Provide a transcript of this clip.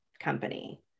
company